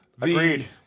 Agreed